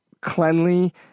cleanly